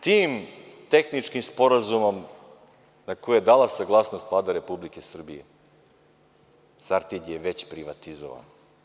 Tim tehničkim sporazumom na koji je dala saglasnost Vlada Republike Srbije „Sartid“ je već privatizovan.